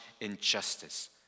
injustice